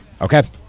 Okay